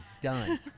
done